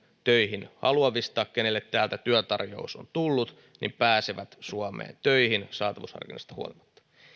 töihin haluavista keille täältä työtarjous on tullut pääsevät suomeen töihin saatavuusharkinnasta huolimatta